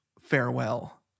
farewell